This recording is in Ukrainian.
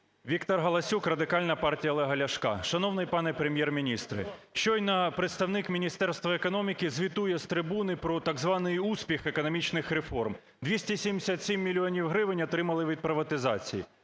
ВікторГаласюк, Радикальна партія Олега Ляшка. Шановний пане Прем’єр-міністре, щойно представник Міністерства економіки звітує з трибуни про так званий успіх економічних реформ: 277 мільйонів гривень отримали від приватизації.